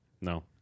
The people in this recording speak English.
no